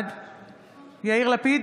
בעד יאיר לפיד,